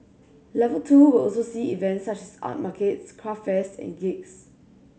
level two will also see events such as art markets craft fairs and gigs